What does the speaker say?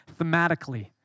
thematically